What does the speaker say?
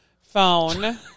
phone